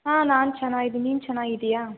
ಹಾಂ ನಾನು ಚೆನ್ನಾಗಿದೀನಿ ನೀನು ಚೆನ್ನಾಗಿದೀಯಾ